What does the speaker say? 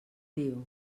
diu